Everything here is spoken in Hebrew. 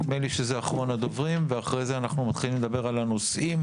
נדמה לי שזה אחרון הדוברים ואחרי זה אנחנו מתחילים לדבר על הנושאים,